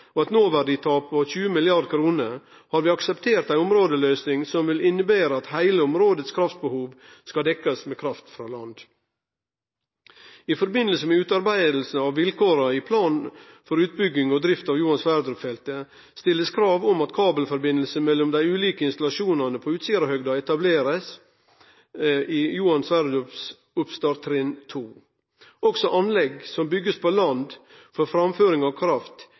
og gir eit noverditap på 20 mrd. kr, har vi akseptert ei områdeløysing som vil innebere at heile områdets kraftbehov skal dekkjast med kraft frå land. I samband med utarbeidinga av vilkåra i plan for utbygging og drift av Johan Sverdrup-feltet blir det stilt krav om at kabelsamband mellom dei ulike installasjonane på Utsirahøgda blir etablert i Johan Sverdrups oppstarttrinn 2. Også anlegg som blir bygde på land for framføring av kraft